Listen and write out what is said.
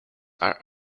are